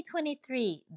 2023